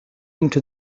into